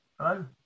Hello